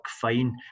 fine